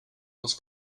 els